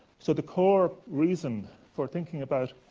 so, the core reason for thinking about